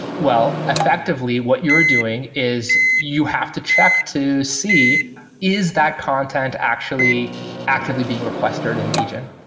well, effectively what you're doing is you have to check to see is that content actually actively being requested in region?